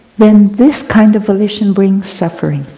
then, this kind of volition brings suffering.